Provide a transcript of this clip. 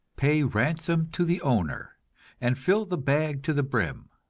pay ransom to the owner and fill the bag to the brim.